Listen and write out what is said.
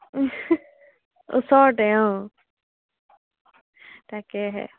ওচৰতে অঁ তাকেহে